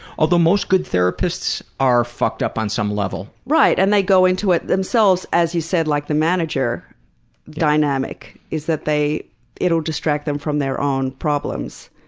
although most good therapists are fucked up on some level. right, and they go into it themselves, as you said like the manager dynamic, is that it'll distract them from their own problems.